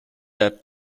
that